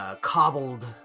cobbled